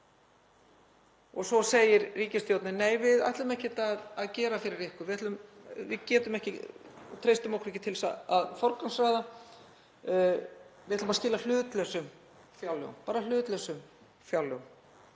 Svo segir ríkisstjórnin: Nei, við ætlum ekkert að gera fyrir ykkur, við treystum okkur ekki til að forgangsraða, við ætlum að skila hlutlausum fjárlögum, bara hlutlausum fjárlögum.